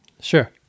Sure